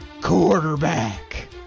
quarterback